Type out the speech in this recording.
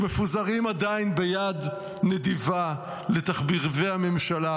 שמפוזרים עדיין ביד נדיבה לתחביבי הממשלה,